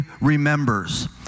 remembers